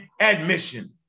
admission